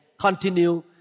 continue